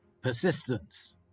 persistence